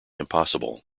impossible